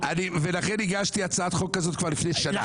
ולכן הגשתי הצעת חוק כזאת כבר לפני שנה.